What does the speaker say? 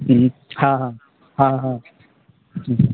हॅं हॅं हॅं